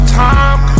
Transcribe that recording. time